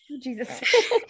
jesus